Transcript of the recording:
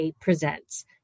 Presents